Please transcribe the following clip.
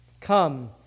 Come